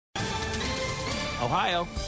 Ohio